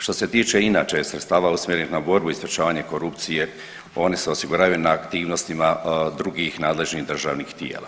Što se tiče inače sredstava usmjerenih na borbu i sprječavanje korupcije, one se osiguravaju na aktivnostima drugih nadležnih državnih tijela.